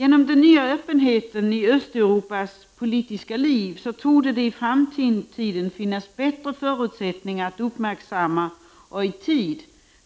Genom den nya öppenheten i Östeuropas politiska liv torde det i framtiden finnas bättre förutsättningar att uppmärksamma och i tid